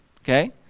okay